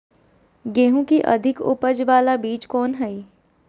गेंहू की अधिक उपज बाला बीज कौन हैं?